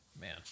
Man